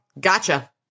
Gotcha